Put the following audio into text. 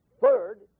Third